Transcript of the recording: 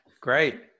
great